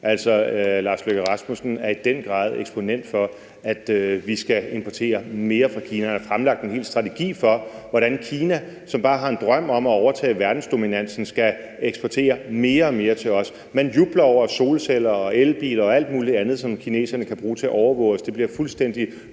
Udenrigsministeren er i den grad eksponent for, at vi skal importere mere fra Kina og har fremlagt en hel strategi for, hvordan Kina, som bare har en drøm om at overtage verdensdominansen, skal eksportere mere og mere til os. Man jubler over solceller og elbiler og alt muligt andet, som kineserne kan bruge til at overvåge os, og de ting bliver fuldstændig